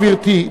גברתי,